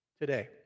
today